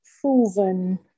proven